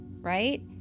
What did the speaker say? right